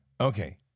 Okay